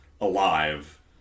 alive